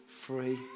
free